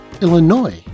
Illinois